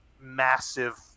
massive